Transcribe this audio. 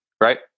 right